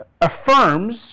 affirms